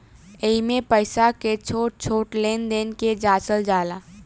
एइमे पईसा के छोट छोट लेन देन के जाचल जाला